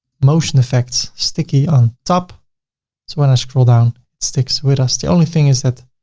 motion effects, sticky on top. so when i scroll down, it sticks with us, the only thing is that